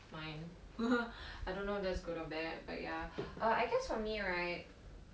my I don't know if that's good or bad but ya err I guess for me right